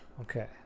Okay